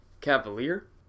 cavalier